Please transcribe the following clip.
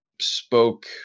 spoke